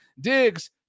Diggs